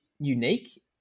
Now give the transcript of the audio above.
unique